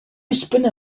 spinner